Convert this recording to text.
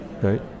Right